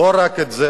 לא רק זה,